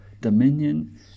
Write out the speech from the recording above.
dominion